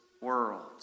world